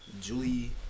Julie